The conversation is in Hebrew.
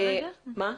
בבקשה,